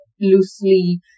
loosely